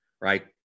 right